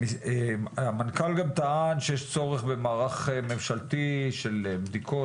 המנכ"ל גם טען שיש צורך במערך ממשלתי של בדיקות